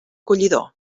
collidor